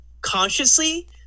consciously